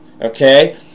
okay